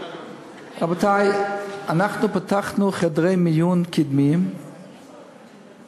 רבותי, אנחנו פתחנו חדרי מיון קדמיים בפריפריה.